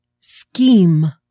scheme